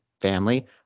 family